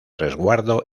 resguardo